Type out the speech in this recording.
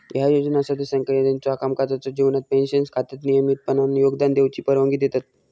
ह्या योजना सदस्यांका त्यांच्यो कामकाजाच्यो जीवनात पेन्शन खात्यात नियमितपणान योगदान देऊची परवानगी देतत